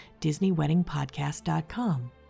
DisneyWeddingPodcast.com